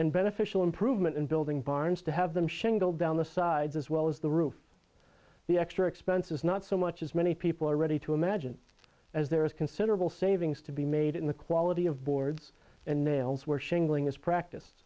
and beneficial improvement in building barns to have them shingle down the sides as well as the roof the extra expense is not so much as many people are ready to imagine as there is considerable savings to be made in the quality of boards and